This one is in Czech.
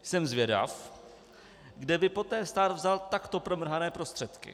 Jsem zvědav, kde by poté stát vzal takto promrhané prostředky.